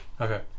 Okay